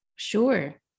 Sure